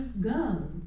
go